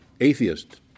atheist